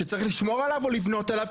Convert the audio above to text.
שצריך לשמור עליו או לבנות עליו?